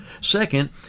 Second